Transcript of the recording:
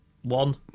One